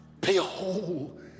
Behold